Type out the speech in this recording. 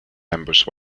ambushed